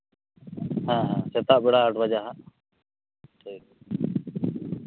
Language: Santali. ᱦᱮᱸ ᱦᱮᱸ ᱥᱮᱛᱟᱜ ᱵᱮᱲᱟ ᱟᱴ ᱵᱟᱡᱮ ᱦᱟᱸᱜ ᱴᱷᱤᱠ ᱜᱮᱭᱟ